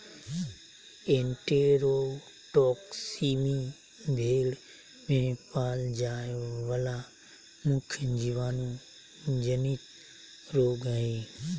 enterotoxaemia भेड़ में पाल जाय वला मुख्य जीवाणु जनित रोग हइ